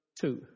two